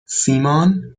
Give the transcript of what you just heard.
سیمان